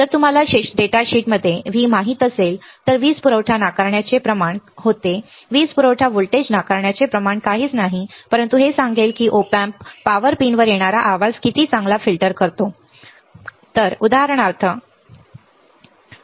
जर तुम्हाला डेटाशीटमध्ये V माहित असेल तर वीज पुरवठा नाकारण्याचे प्रमाण होते वीज पुरवठा व्होल्टेज नाकारण्याचे प्रमाण काहीच नाही परंतु हे सांगेल की Op amp पॉवर पिनवर येणारा आवाज किती चांगला फिल्टर करतो तेथे आवाज निर्माण होतो पॉवर पिनमध्ये देखील